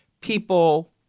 people